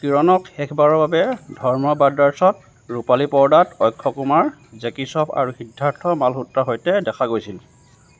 কিৰণক শেষবাৰৰ বাবে ধৰ্ম ব্ৰাদাৰ্ছত ৰূপালী পৰ্দাত অক্ষয় কুমাৰ জেকি শ্ৰফ আৰু সিদ্ধাৰ্থ মালহোত্ৰাৰ সৈতে দেখা গৈছিল